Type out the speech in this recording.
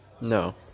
no